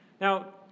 Now